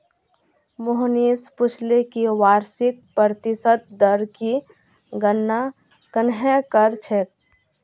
मोहनीश पूछले कि वार्षिक प्रतिशत दर की गणना कंहे करछेक